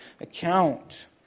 account